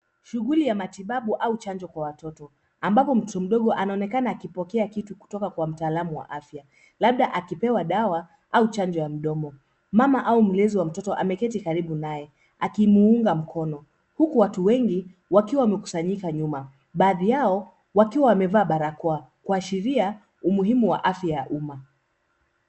Shughuli ya matibabu au chanjo kwa watoto ambapo mtoto mdogo anaonekana akipokea kitu kutoka kwa mtaalamu wa afya labda akipewa dawa au chanjo ya mdomo. Mama au mlezi wa mtoto ameketi karibu naye akimuunga mkono huku watu wengi wakiwa wamekusanyika nyuma, baadhi yao wakiwa wamevaa barakoa kuashiria umuhimu wa afya ya uma.